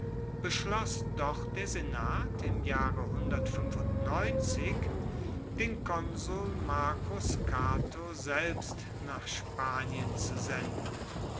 beschloss doch der senat im jahre den konsul marcus cato selbst nach spanien zu senden